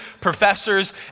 professors